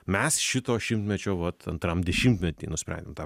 mes šito šimtmečio vat antram dešimtmety nusprendėm tą